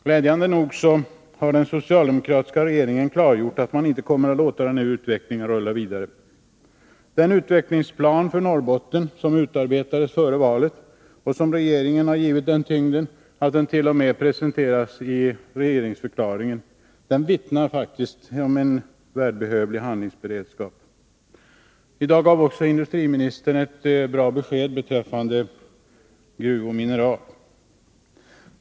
Glädjande nog har den socialdemokratiska regeringen klargjort att man inte kommer att låta denna utveckling rulla vidare. Den utvecklingsplan för Norrbotten som utarbetades före valet och som regeringen har givit en sådan tyngd att den t.o.m. omnämndes i regeringsförklaringen vittnar om en välbehövlig handlingsberedskap. I dag gav också industriministern ett positivt besked beträffande gruvoch mineralindustrin.